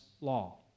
law